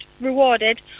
rewarded